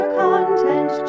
content